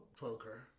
poker